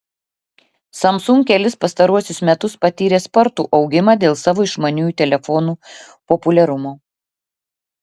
samsung kelis pastaruosius metus patyrė spartų augimą dėl savo išmaniųjų telefonų populiarumo